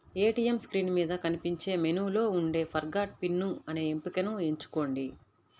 ATM screen మీద కనిపించే మెనూలో ఉండే ఫర్గాట్ పిన్ అనే ఎంపికను ఎంచుకోండి